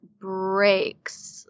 breaks